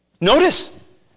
Notice